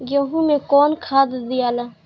गेहूं मे कौन खाद दियाला?